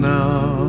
now